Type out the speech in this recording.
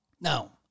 Now